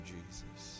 Jesus